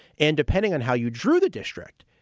and depending on how you drew the district,